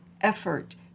effort